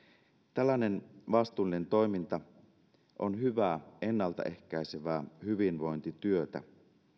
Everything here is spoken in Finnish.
tällainen vastuullinen toiminta on hyvää ennalta ehkäisevää hyvinvointityötä